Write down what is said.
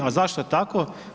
A zašto je tako?